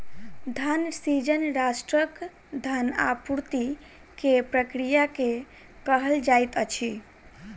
धन सृजन राष्ट्रक धन आपूर्ति के प्रक्रिया के कहल जाइत अछि